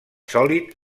sòlid